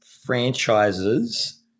franchises